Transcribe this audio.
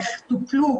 איך טופלו,